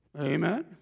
Amen